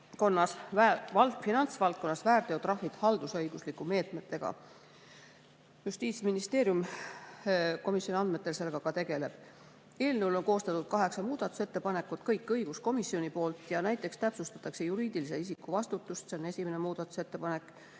vajaduse korral väärteotrahvid haldusõiguslike meetmetega. Justiitsministeerium komisjoni andmetel sellega ka tegeleb. Eelnõu kohta on koostatud kaheksa muudatusettepanekut, kõik õiguskomisjonilt. Näiteks täpsustatakse juriidilise isiku vastutust. See on esimene muudatusettepanek.